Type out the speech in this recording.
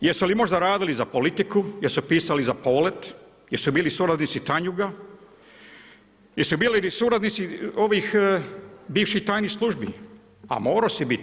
Jesu li možda radili za politiku, jesu pisali za Polet, jesu bili suradnici TANJUG-a, jesu bili suradnici ovih bivših tajnih službi, a morao si biti.